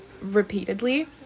repeatedly